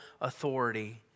authority